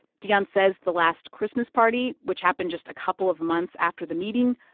dion says the last christmas party, which happened just a couple of months after the meeting,